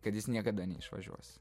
kad jis niekada neišvažiuos